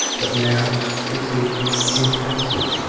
but now it seemed impassive,